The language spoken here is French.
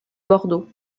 bordeaux